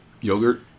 Yogurt